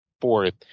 fourth